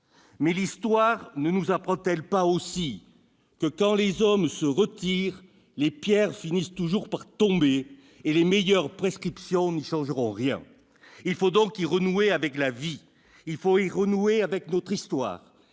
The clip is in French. Mais l'histoire ne nous apprend-elle pas aussi que, quand les hommes se retirent, les pierres finissent toujours par tomber ? Et les meilleures prescriptions n'y changeront rien ! Il faut donc y renouer avec la vie. Il faut y renouer avec notre histoire,